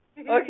Okay